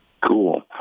Cool